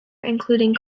including